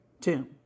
tomb